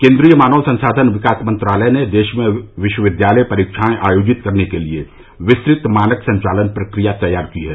केन्द्रीय मानव संसाधन विकास मंत्रालय ने देश में विश्वविद्यालय परीक्षाएं आयोजित करने के लिए विस्तृत मानक संचालन प्रक्रिया तैयार की है